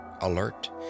alert